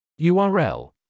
URL